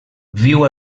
viu